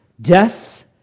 death